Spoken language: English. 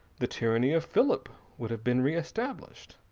the tyranny of philip would have been reestablished.